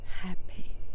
happy